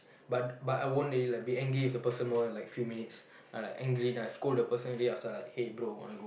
but but I won't really like be angry with the person more than like few minutes I like angry then I scold the person already after like hey bro wanna go